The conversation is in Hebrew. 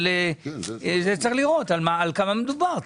אבל צריך לראות בכמה מדובר.